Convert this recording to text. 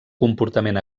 comportament